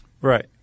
Right